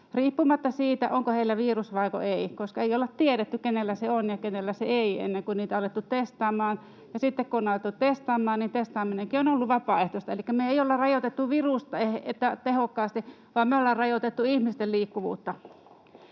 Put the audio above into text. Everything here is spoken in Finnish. riippumatta siitä, onko heillä virus vaiko ei, koska ei olla tiedetty, kenellä se on ja kenellä se ei ole, ennen kuin niitä on alettu testaamaan, ja sitten kun on alettu testaamaan, niin testaaminenkin on ollut vapaaehtoista, elikkä me ei olla rajoitettu virusta tehokkaasti, vaan me ollaan rajoitettu ihmisten liikkuvuutta.